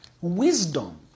Wisdom